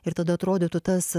ir tada atrodytų tas